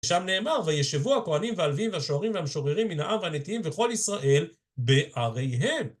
שם נאמר, וישבו הכהנים והלוים והשוערים והמשררים מן העם והנתינים וכל ישראל בעריהם.